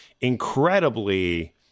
incredibly